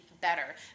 better